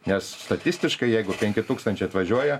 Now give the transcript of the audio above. nes statistiškai jeigu penki tūkstančiai atvažiuoja